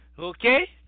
Okay